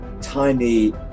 tiny